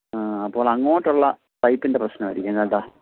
ആ അപ്പോൾ അങ്ങോട്ടുള്ള പൈപ്പിൻ്റെ പ്രശ്നം ആയിരിക്കും കേട്ടോ